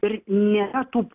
ir nėra tų